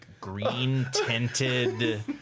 green-tinted